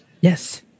yes